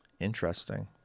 Interesting